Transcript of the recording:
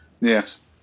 Yes